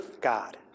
God